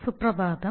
സുപ്രഭാതം